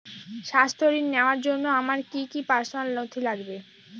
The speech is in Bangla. স্বাস্থ্য ঋণ নেওয়ার জন্য আমার কি কি পার্সোনাল নথি লাগবে?